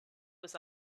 was